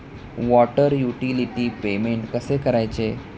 Water utility payment कसे करायचे?